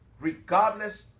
Regardless